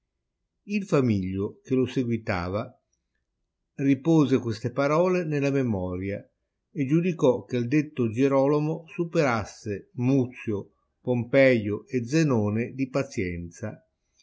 il famiglio che lo seguitava ripose queste parole nella memoria e giudicò che il detto gierolomo superasse muzio pompeio e zenone di pazienza